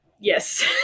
Yes